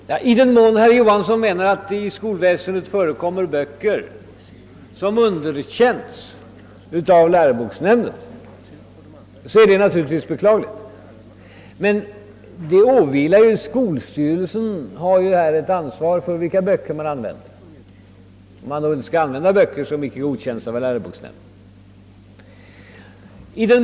Herr talman! I den mån herr Johans son i Skärstad menar att det inom skolväsendet används böcker som underkänts av läroboksnämnden är det naturligtvis beklagligt om så sker. Men ansvaret för vilka böcker som används åvilar skolstyrelsen. Man skall naturligtvis inte använda böcker som inte har godkänts av läroboksnämnden.